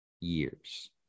years